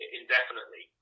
indefinitely